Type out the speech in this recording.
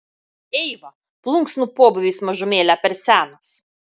eiva plunksnų pobūviui jis mažumėlę per senas